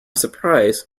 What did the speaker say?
surprise